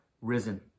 risen